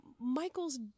Michael's